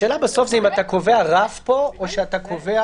השאלה בסוף אם אתה קובע פה רף או שאתה קובע